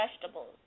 vegetables